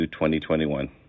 2021